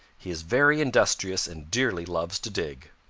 he is very industrious and dearly loves to dig.